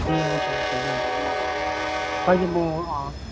ए हुन्छ हुन्छ ज्यू ज्यू म कहिले म